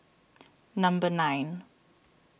number nine